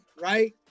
right